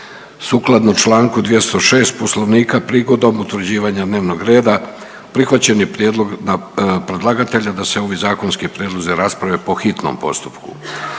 Sukladno čl. 206. Poslovnika prigodom utvrđivanja dnevnog reda prihvaćen je prijedlog predlagatelja da se ovi zakonski prijedlozi rasprave po hitnom postupku.